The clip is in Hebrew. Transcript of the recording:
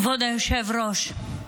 כבוד היושב-ראש,